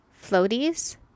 floaties